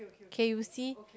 okay you see